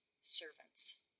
servants